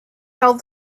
held